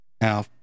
Now